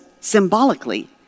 symbolically